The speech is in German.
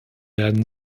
werden